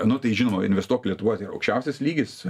nu tai žinoma investuok lietuvoj tai yra aukščiausias lygis